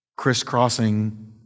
crisscrossing